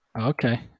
Okay